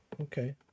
Okay